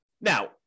Now